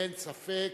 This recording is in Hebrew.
אין ספק